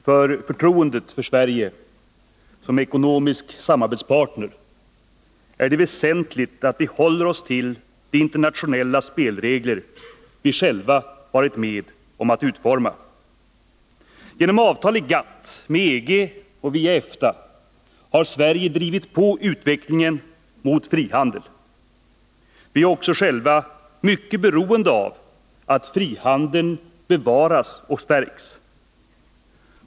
Fru talman! För förtroendet för Sverige som ekonomisk samarbetspartner är det väsentligt att vi håller oss till de internationella spelregler som vi själva varit med om att utforma. Genom avtal i GATT, med EG och via EFTA har Sverige drivit på utvecklingen mot frihandel. Vi är också själva mycket beroende av att frihandeln bevaras och stärks.